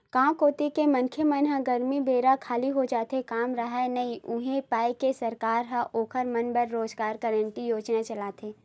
गाँव कोती के मनखे मन ह गरमी बेरा खाली हो जाथे काम राहय नइ उहीं पाय के सरकार ह ओखर मन बर रोजगार गांरटी योजना चलाथे